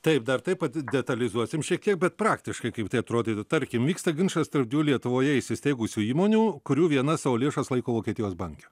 taip dar tai pad detalizuosim šiek tiek bet praktiškai kaip tai atrodytų tarkim vyksta ginčas tarp dviejų lietuvoje įsisteigusių įmonių kurių viena savo lėšas laiko vokietijos banke